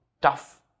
tough